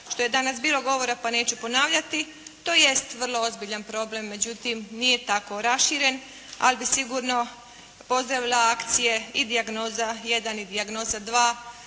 što je danas bilo govora, pa neću ponavljati, to jest vrlo ozbiljan problem, međutim nije tako raširen, ali bi sigurno pozdravila akcije i "Dijagnoza 1" i "Dijagnoza 2",